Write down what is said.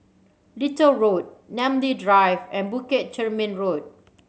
Little Road Namly Drive and Bukit Chermin Road